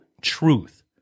truth